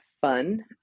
fun